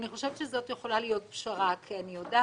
אני חושבת שזו יכולה להיות פשרה כי כשאנחנו